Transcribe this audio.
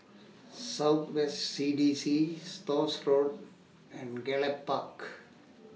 South West C D C Stores Road and Gallop Park